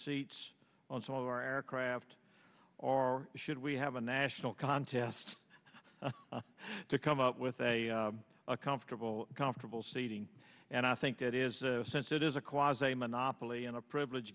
seats on some of our aircraft or should we have a national contest to come up with a comfortable comfortable seating and i think it is since it is a clause a monopoly and a privilege